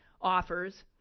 offers